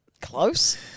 Close